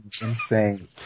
insane